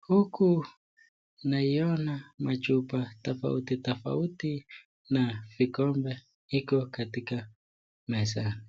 Huku naiona machupa tofauti tofauti na vikombe iko katika meza.